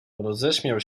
roześmiał